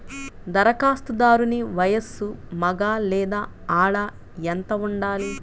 ధరఖాస్తుదారుని వయస్సు మగ లేదా ఆడ ఎంత ఉండాలి?